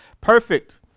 Perfect